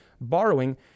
borrowing